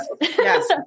Yes